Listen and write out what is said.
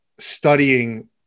studying